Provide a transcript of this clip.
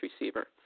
receiver